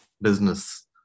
business